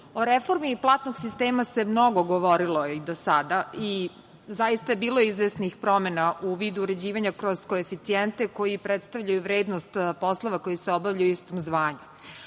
reformi platnog sistema se mnogo govorilo do sada i bilo je izvesnih promena u vidu uređivanja kroz koeficijente koji predstavljaju vrednost poslova koji se obavljaju u istom zvanju,